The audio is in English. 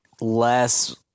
less